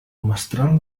mestral